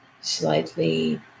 slightly